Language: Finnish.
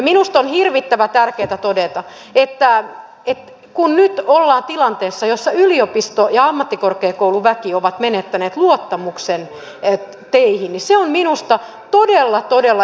minusta on hirvittävän tärkeää todeta että kun nyt ollaan tilanteessa jossa yliopisto ja ammattikorkeakouluväki ovat menettäneet luottamuksen teihin niin se on minusta todella todella iso juttu